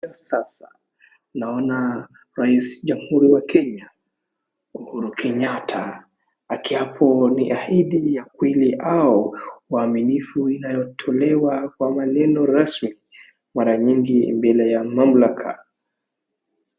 Sasa naona rais wa jamhuru ya Kenya Uhuru Kenyatta, akiapa na ahadi ya kweli au uaminifu inayotolewa kwa maneno rasmi. Mara nyingi mbele ya mamlaka.